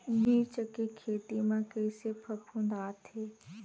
मिर्च के खेती म कइसे फफूंद आथे?